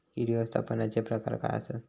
कीड व्यवस्थापनाचे प्रकार काय आसत?